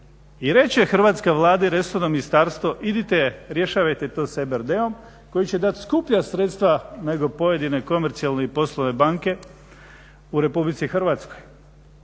i reći će Hrvatskoj Vladi Resorno ministarstvo, idite, rješavajte to s EBRD-om koji će dati skuplja sredstva nego pojedine komercijalne i poslovne banke u RH. Nije važno